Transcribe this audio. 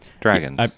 Dragons